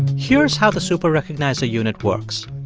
here's how the super-recognizer unit works.